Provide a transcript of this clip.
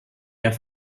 der